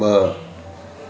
ब॒